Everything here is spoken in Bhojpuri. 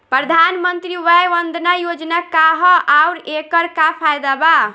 प्रधानमंत्री वय वन्दना योजना का ह आउर एकर का फायदा बा?